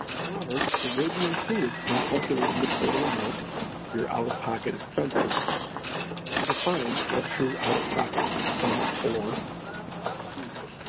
however, it will be included when calculating the total amount of your out of pocket expenses. and i will define what true out of pocket expense, or troop,